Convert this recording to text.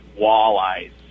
walleyes